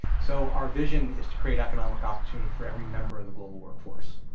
so our vision is to create economic opportunity for every member of the global work force.